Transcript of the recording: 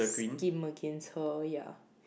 scheme against her ya